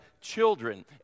children